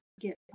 get